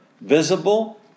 visible